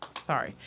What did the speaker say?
sorry